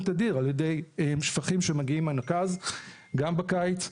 תדיר על ידי שפכים שמגיעים מהנקז גם בקיץ,